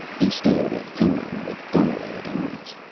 he stared at conan with dilated eyes.